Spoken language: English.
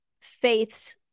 Faith's